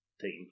team